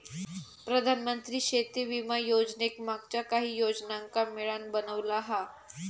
प्रधानमंत्री शेती विमा योजनेक मागच्या काहि योजनांका मिळान बनवला हा